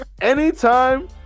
anytime